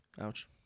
Ouch